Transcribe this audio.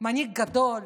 מנהיג גדול,